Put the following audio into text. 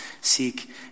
seek